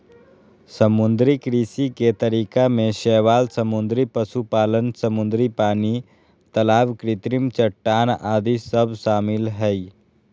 समुद्री कृषि के तरीका में शैवाल समुद्री पशुपालन, समुद्री पानी, तलाब कृत्रिम चट्टान आदि सब शामिल हइ